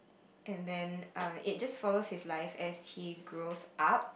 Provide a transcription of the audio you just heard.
and then err it just follows his life as he grows up